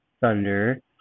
Thunder